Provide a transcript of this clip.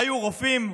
היו רופאים,